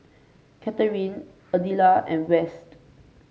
Katharyn Adela and West